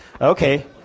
Okay